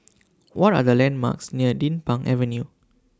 What Are The landmarks near Din Pang Avenue